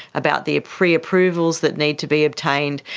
about the preapprovals that need to be obtained.